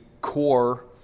core